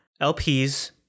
LPs